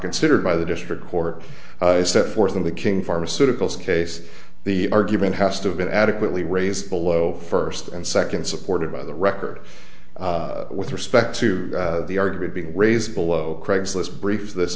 considered by the district court set forth in the king pharmaceuticals case the argument has to have been adequately raised below first and second supported by the record with respect to the argument being raised below craigslist brief this